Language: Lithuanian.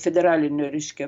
federalinio reiškia